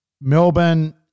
melbourne